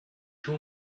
too